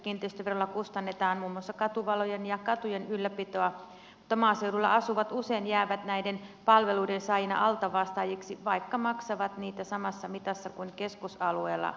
kiinteistöverolla kustannetaan muun muassa katuvalojen ja katujen ylläpitoa mutta maaseudulla asuvat usein jäävät näiden palveluiden saajina altavastaajiksi vaikka maksavat niitä samassa mitassa kuin keskusalueella asuvat